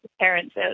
parents